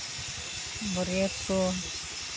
ᱵᱟᱹᱨᱭᱟᱹᱛ ᱠᱚ